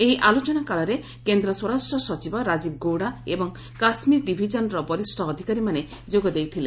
ଏହି ଆଲୋଚନା କାଳରେ କେନ୍ଦ୍ର ସ୍ୱରାଷ୍ଟ୍ର ସଚିବ ରାଜୀବ ଗୌଡ଼ା ଏବଂ କାଶ୍ମୀର ଡିଭିଜନର ବରିଷ୍ଣ ଅଧିକାରୀମାନେ ଯୋଗ ଦେଇଥିଲେ